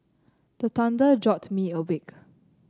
the thunder jolt me awake